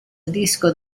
disco